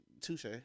touche